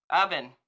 oven